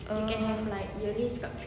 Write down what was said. oh